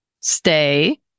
stay